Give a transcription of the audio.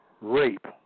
rape